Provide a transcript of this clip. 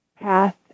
path